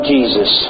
Jesus